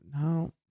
no